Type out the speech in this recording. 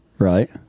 Right